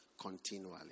continually